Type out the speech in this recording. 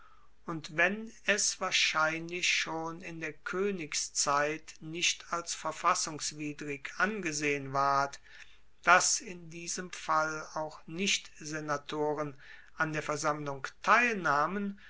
und wenn es wahrscheinlich schon in der koenigszeit nicht als verfassungswidrig angesehen ward dass in diesem fall auch nichtsenatoren an der versammlung teilnahmen